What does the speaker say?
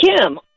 Kim